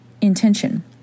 intention